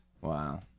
wow